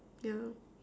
yeah